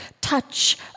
touch